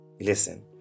Listen